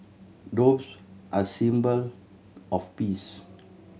doves are symbol of peace